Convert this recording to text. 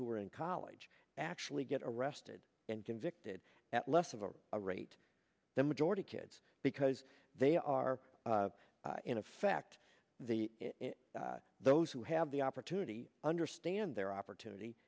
who are in college actually get arrested and convicted at less of a rate the majority kids because they are in effect the those who have the opportunity understand their opportunity